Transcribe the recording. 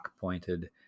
pointed